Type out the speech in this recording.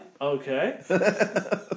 okay